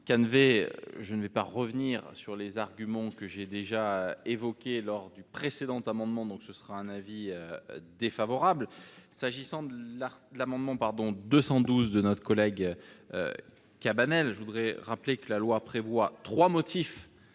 collègue, je ne vais pas revenir sur les arguments que j'ai déjà évoqué lors du précédent amendement, donc ce sera un avis défavorable, s'agissant de l'art, l'amendement pardon 212 de notre collègue Cabanel, je voudrais rappeler que la loi prévoit 3 motifs